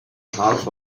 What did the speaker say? half